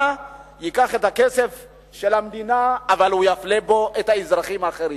ייקח את הכסף של המדינה אבל יפלה בו אזרחים אחרים.